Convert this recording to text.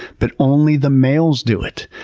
but only the males do it.